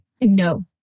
No